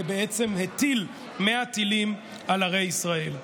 בעצם הטיל, 100 טילים על ערי ישראל.